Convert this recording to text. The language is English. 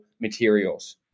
materials